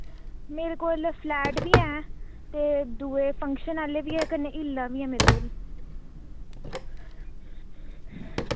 मेरे कोल फ्लैट बी ऐं ते दुए फंक्शन आह्ले बी ऐ कन्नै हीलां बी ऐं मेरे कोल